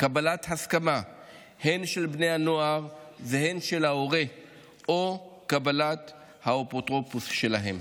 קבלת הסכמה הן של בני הנוער והן של ההורה או קבלת הסכמת האפוטרופוס שלהם